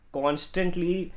constantly